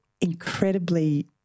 incredibly